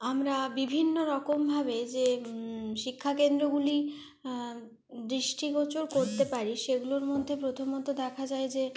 আমরা বিভিন্ন রকমভাবে যে শিক্ষাকেন্দ্রগুলি দৃষ্টিগোচর করতে পরি সেগুলোর মধ্যে প্রথমত দেখা যায় যে